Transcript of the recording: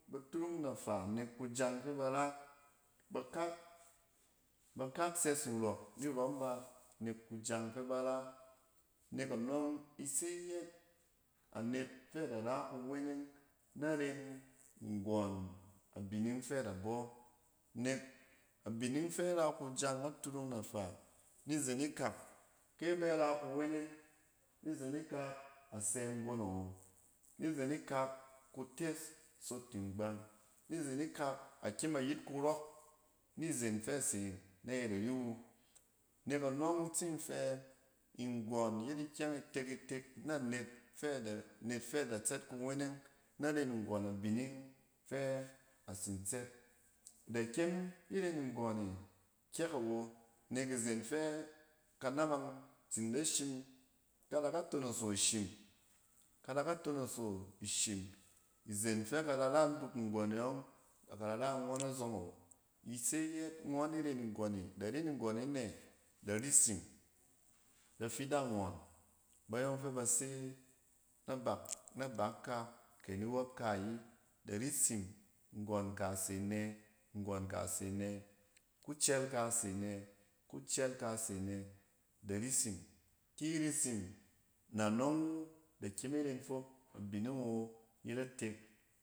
Ba turung nafa nek kiyang fɛ bar a. Bakak, bakak sɛs nrↄk nirↄm ba nɛk kiyang fɛ ba ra. Nek anↄng ise yɛɛt anet fɛ ada ra kuweneng na ren ngↄn abining fɛ da bↄ nek abining fɛ ra kujang a turung nafa, izen ikah kɛ bɛ ra kuweneng nizan ikak, a sɛ nggon awo nizen ikak kutes sot ni ngbang. Ni zen ikak akyem ayit kurↄk, nizen fɛ ase na yɛt ari wu. Nek anↄng in tsin fɛ da-net fɛ da tsɛt kuweneng na ren nggↄn a bining fɛ a tsin tsɛt. Da kyem wen nggↄn e kyɛk awo, nek izen fɛ kanamang tsin da shim, kada ka tonoso ishim, kada ka tonos ishim. Izen fɛ ka da ra aduk nggↄn e yↄng b aka dɛ ra ngↄn azↄng awo. Ise yɛɛt ngↄn ni ren nggↄne, da ren nggↄn e anɛ? Da risim bafidang ↄng ba yↄng fɛ ba se nabak ka kɛ niwↄp ka ayi da risim nggↄn ka se nɛ, nggↄn ka see nɛ? Kucɛɛl ka se ne, kucɛɛl ka se nɛ. Da risim, ki risim anↄng wu da kyem iren fok abining yo yet atek.